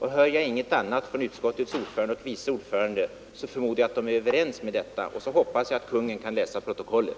Hör jag ingenting annat från utskottets ordförande eller vice ordförande förmodar jag att de instämmer i detta, och så hoppas jag att Kungl. Maj:t kan läsa protokollet.